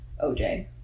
OJ